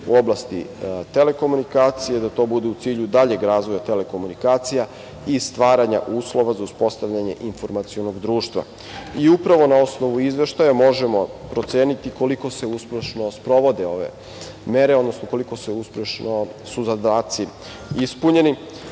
u oblasti telekomunikacija i da to bude u cilju daljeg razvoja telekomunikacija i stvaranja uslova za uspostavljanje informacionog društva. Upravo na osnovu Izveštaja možemo proceniti koliko se uspešno sprovode ove mere, odnosno koliko su uspešno zadaci ispunjeni. Navodi